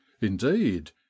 indeed